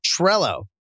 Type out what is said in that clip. Trello